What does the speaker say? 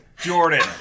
Jordan